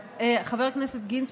אז חבר הכנסת גינזבורג,